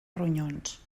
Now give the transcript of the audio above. ronyons